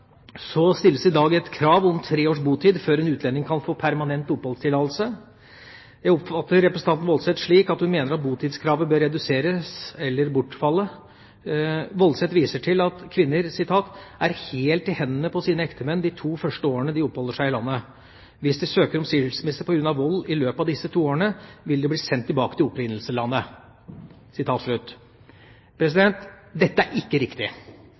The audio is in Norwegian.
stilles det i dag et krav om tre års botid før en utlending kan få permanent oppholdstillatelse. Jeg oppfatter representanten Woldseth slik at hun mener at botidskravet bør reduseres eller bortfalle. Woldseth viser til at kvinner «er helt i hendene på sine ektemenn de to første årene de oppholder seg i landet. Hvis de søker om skilsmisse pga. vold i løpet av disse to årene, vil de bli sendt tilbake til opprinnelseslandet.» Dette er ikke riktig.